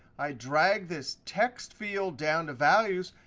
i drag this text field down to values.